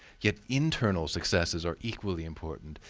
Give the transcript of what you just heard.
yet internal successes are equally important,